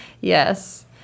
Yes